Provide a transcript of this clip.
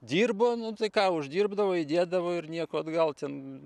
dirbo nu tai ką uždirbdavo įdėdavo ir nieko atgal ten